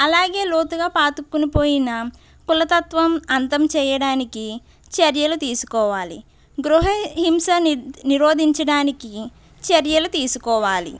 అలాగే లోతుగా పాతుకుని పోయిన కులతత్వం అంతం చెయ్యడానికి చర్యలు తీసుకోవాలి గృహహింస నిరోధించడానికి చర్యలు తీసుకోవాలి